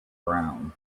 brown